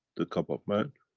the cup of man,